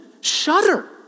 shudder